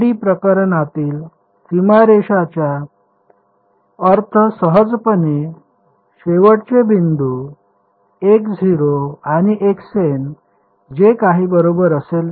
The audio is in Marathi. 1D प्रकरणातील सीमारेषाचा अर्थ सहजपणे शेवटचे बिंदू x0 आणि xn जे काही बरोबर असेल ते